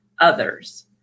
others